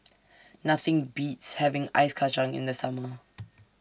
Nothing Beats having Ice Kacang in The Summer